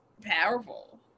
powerful